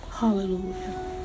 Hallelujah